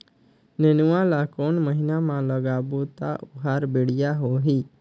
नेनुआ ला कोन महीना मा लगाबो ता ओहार बेडिया होही?